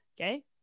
Okay